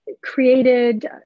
created